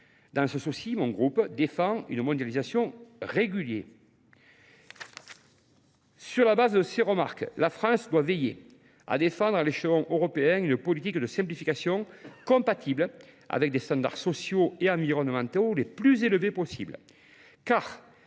Dans ce souci, mon groupe défend une mondialisation régulier. Sur la base de ces remarques, la France doit veiller à défendre à l'échelle européenne une politique de simplification compatible avec des standards sociaux et environnementaux les plus élevés possible,